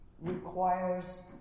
requires